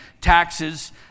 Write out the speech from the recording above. taxes